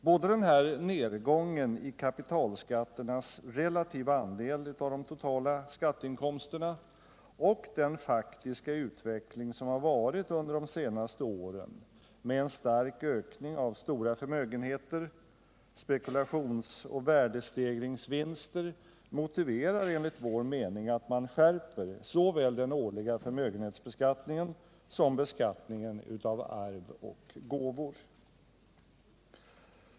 Både nedgången i kapitalskatternas relativa andel av de totala skatteinkomsterna och den faktiska utveckling som har varit under de senaste åren med en stark ökning av stora förmögenheter och av spekulations och värdestegringsvinster motiverar enligt vår mening att man skärper såväl den årliga förmögenhetsbeskattningen som beskattningen av arv och gåvor.